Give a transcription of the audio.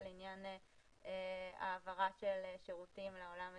לעניין העברה של שירותים לעולם הדיגיטלי.